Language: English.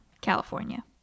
california